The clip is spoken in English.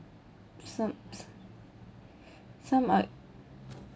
some s~ some uh